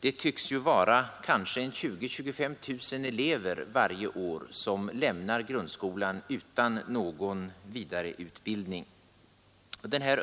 Det tycks vara 20 000-25 000 elever varje år som lämnar grundskolan utan någon vidareutbildning.